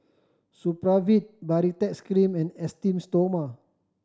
Supravit Baritex Cream and Esteem Stoma